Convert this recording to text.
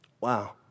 Wow